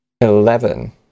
Eleven